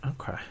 okay